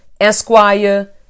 Esquire